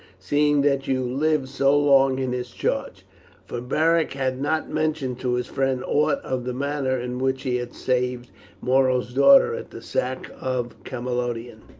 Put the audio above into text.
seeing that you lived so long in his charge for beric had not mentioned to his friend aught of the manner in which he had saved muro's daughter at the sack of camalodunum.